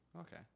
Okay